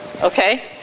okay